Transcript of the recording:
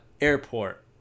airport